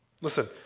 listen